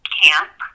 camp